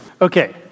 Okay